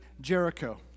Jericho